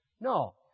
No